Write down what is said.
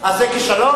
אז זה כישלון?